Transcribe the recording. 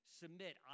submit